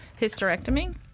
hysterectomy